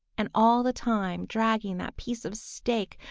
and all the time dragging that piece of stake,